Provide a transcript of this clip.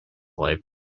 life